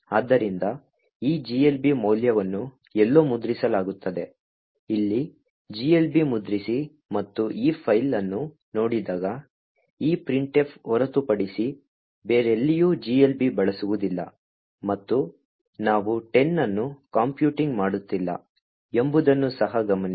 ಆದ್ದರಿಂದ ಈ GLB ಮೌಲ್ಯವನ್ನು ಎಲ್ಲೋ ಮುದ್ರಿಸಲಾಗುತ್ತದೆ ಇಲ್ಲಿ GLB ಮುದ್ರಿಸಿ ಮತ್ತು ಈ ಫೈಲ್ ಅನ್ನು ನೋಡಿದಾಗ ಈ printf ಹೊರತುಪಡಿಸಿ ಬೇರೆಲ್ಲಿಯೂ GLB ಬಳಸುವುದಿಲ್ಲ ಮತ್ತು ನಾವು 10 ಅನ್ನು ಕಂಪ್ಯೂಟಿಂಗ್ ಮಾಡುತ್ತಿಲ್ಲ ಎಂಬುದನ್ನು ಸಹ ಗಮನಿಸಿ